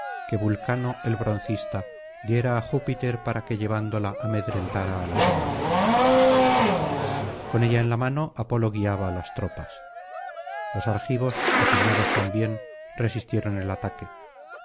que vulcano el broncista dieraájiípiterparaque llevándola amedrentara á los hombres con ella en la mano apolo guiaba á las tropas los argivos apiñados también resistieron el ataque